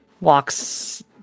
walks